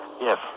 Yes